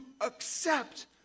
accept